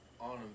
on